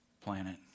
planet